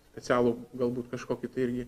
specialų galbūt kažkokį tai irgi